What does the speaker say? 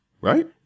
right